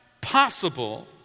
possible